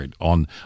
on